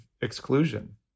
exclusion